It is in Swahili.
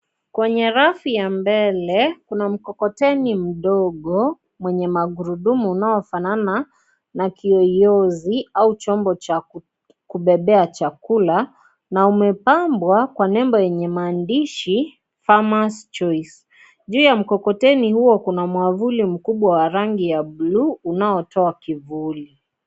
Kwenye ravi ya mbele, kuna mkokoteni mdogo mwenye magurudumu inayofanana na kiyoyozi au chombo cha kubebea chakula na umebambwa kwa nembo yenye maandishi "Farmer's Choice". Juu ya mkokoteni huo kuna mwavuli mkubwa wa rangi ya bluu unaotoa kivuli.